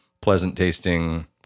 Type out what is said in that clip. pleasant-tasting